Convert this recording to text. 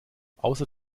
außer